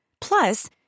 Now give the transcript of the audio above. Plus